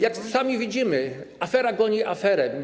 Jak sami widzimy, afera goni aferę.